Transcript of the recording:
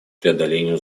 преодолению